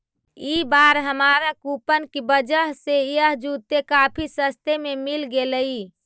ई बार हमारा कूपन की वजह से यह जूते काफी सस्ते में मिल गेलइ